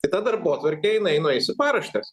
tai ta darbotvarkė jinai nueis į paraštes